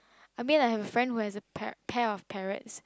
I mean I have a friend who has a pair pair of parrots